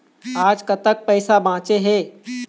आज कतक पैसा बांचे हे?